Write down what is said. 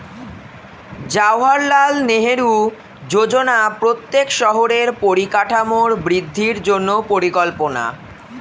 জাওহারলাল নেহেরু যোজনা প্রত্যেক শহরের পরিকাঠামোর বৃদ্ধির জন্য পরিকল্পনা